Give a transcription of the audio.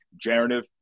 generative